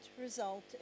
result